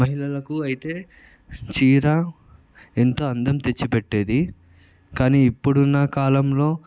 మహిళలకు అయితే చీర ఎంతో అందం తెచ్చి పెట్టేది కానీ ఇప్పుడున్న కాలంలో